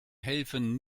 helfen